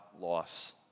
loss